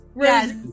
Yes